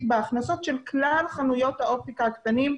בהכנסות של כלל חנויות האופטיקה הקטנות,